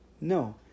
No